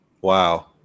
Wow